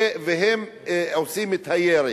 והם עושים את הירי.